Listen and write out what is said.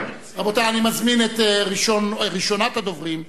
רבותי, אני מזמין את ראשונת הדוברים,